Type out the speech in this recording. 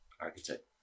architect